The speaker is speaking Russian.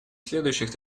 следующих